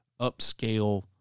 upscale